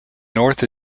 north